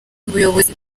ubuyobozi